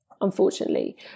unfortunately